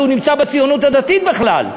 הוא נמצא אצל הציונות הדתית בכלל,